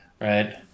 right